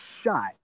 shot